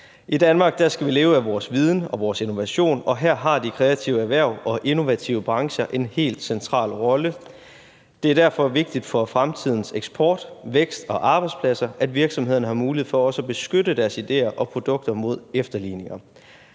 I Danmark skal vi leve af vores viden og vores innovation, og her har de kreative erhverv og innovative brancher en helt central rolle. Det er derfor vigtigt for fremtidens eksport, vækst og arbejdspladser, at virksomhederne har mulighed for også at beskytte deres ideer og produkter mod efterligninger.